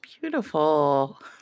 beautiful